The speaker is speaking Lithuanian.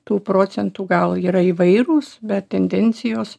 tų procentų gal yra įvairūs bet tendencijos